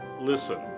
listen